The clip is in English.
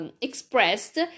expressed